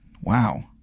Wow